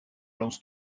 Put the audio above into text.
lance